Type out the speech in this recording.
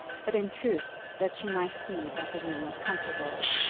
but in truth that she might see that the room was comfortable,